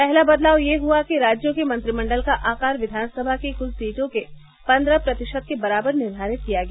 पहला बदलाव यह हुआ कि राज्यों के मंत्रिमंडल का आकार विधानसभा की कुल सीटों के पन्द्रह प्रतिशत के बराबर निर्घारित किया गया